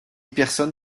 personne